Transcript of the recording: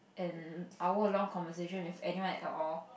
an hour long conversation with anyone at all